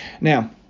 Now